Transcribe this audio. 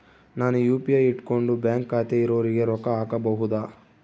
ನಾನು ಯು.ಪಿ.ಐ ಇಟ್ಕೊಂಡು ಬ್ಯಾಂಕ್ ಖಾತೆ ಇರೊರಿಗೆ ರೊಕ್ಕ ಹಾಕಬಹುದಾ?